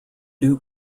duke